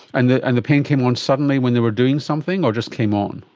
and the and the pain came on suddenly when there were doing something or just came on?